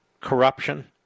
corruption